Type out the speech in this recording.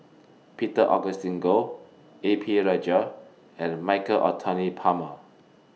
Peter Augustine Goh A P Rajah and Michael Anthony Palmer